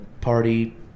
party